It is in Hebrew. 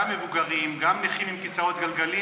גם מבוגרים וגם נכים עם כיסאות גלגלים,